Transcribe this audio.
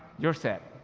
you're set.